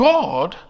God